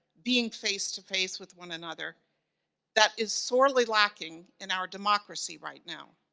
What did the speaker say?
being face to face with one another that is sorely lacking in our democracy right now.